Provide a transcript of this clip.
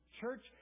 church